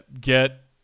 get